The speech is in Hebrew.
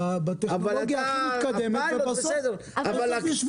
יש כאן פיילוט בטכנולוגיה הכי מתקדמת ובסוף תשב